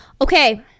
Okay